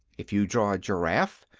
if you draw a giraffe,